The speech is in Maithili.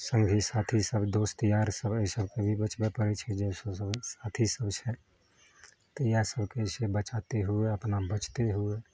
सङ्गी साथी सब दोस्त यार सब अइ सबके भी बचबऽ पड़ैत छै जे अथी सब छै तऽ इहए सबके जे छै बचाते हुए अपना बचते हुए